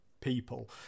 people